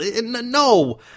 No